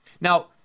Now